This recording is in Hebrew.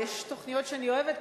יש תוכניות שאני אוהבת,